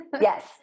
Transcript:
yes